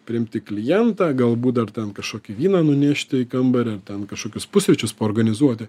priimti klientą galbūt dar ten kažkokį vyną nunešti į kambarį ar ten kažkokius pusryčius paorganizuoti